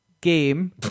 game